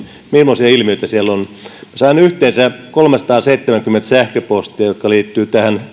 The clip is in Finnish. millaisia ilmiöitä siinä on sain yhteensä kolmesataaseitsemänkymmentä sähköpostia jotka liittyvät tähän